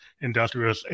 industrial